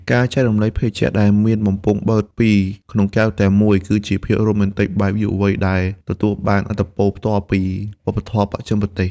ការចែករំលែកភេសជ្ជៈដែលមានបំពង់បឺតពីរក្នុងកែវធំតែមួយ គឺជាភាពរ៉ូមែនទិកបែបយុវវ័យដែលទទួលបានឥទ្ធិពលផ្ទាល់ពីវប្បធម៌បស្ចិមប្រទេស។